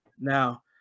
Now